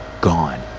gone